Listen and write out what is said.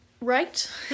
right